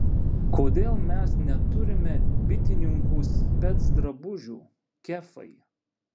kodėl mes neturime bitininkų specdrabužių kefai